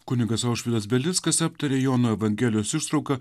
kunigas aušvydas belickas aptarė jono evangelijos ištrauką